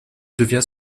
devient